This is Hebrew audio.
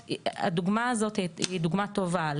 הדוגמא הזאת היא דוגמא טובה,